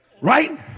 Right